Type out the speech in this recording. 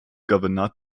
governor